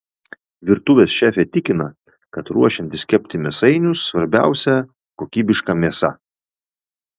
virtuvės šefė tikina kad ruošiantis kepti mėsainius svarbiausia kokybiška mėsa